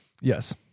Yes